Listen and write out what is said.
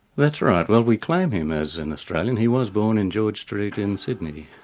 that's right. well we claim him as an australian. he was born in george street, in sydney,